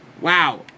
Wow